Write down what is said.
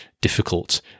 difficult